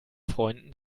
freunden